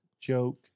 joke